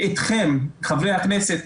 אתכם חברי הכנסת,